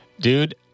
Dude